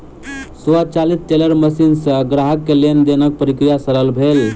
स्वचालित teller machine सॅ ग्राहक के लेन देनक प्रक्रिया सरल भेल